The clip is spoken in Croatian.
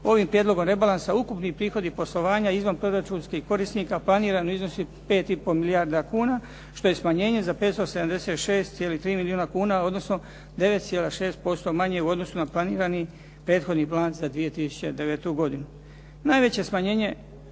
ovim prijedlogom rebalansa ukupni prihodi poslovanja izvanproračunskih korisnika planirani u iznosu 5,5 milijarda kuna, što je smanjenje za 576,3 milijuna kuna, odnosno 9,6% manje u odnosu na planirani prethodni plan za 2009. godinu.